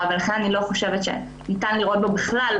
ולכן אני לא חושבת שניתן לראות בו בכלל,